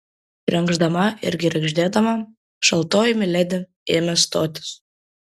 krenkšdama ir girgždėdama šaltoji miledi ėmė stotis